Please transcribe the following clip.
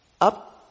up